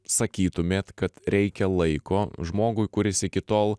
sakytumėt kad reikia laiko žmogui kuris iki tol